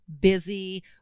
busy